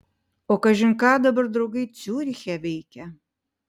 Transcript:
o kažin ką dabar draugai ciuriche veikia